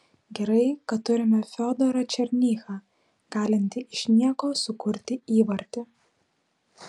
gerai kad turime fiodorą černychą galintį iš nieko sukurti įvartį